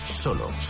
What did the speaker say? solo